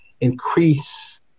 increase